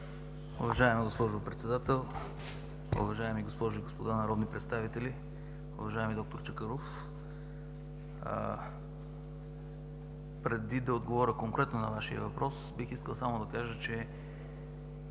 Уважаема госпожо Председател, уважаеми госпожи и господа народни представители! Уважаеми д-р Чакъров, преди да отговоря конкретно на Вашия въпрос, бих искал да кажа, че